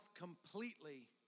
completely